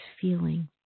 feeling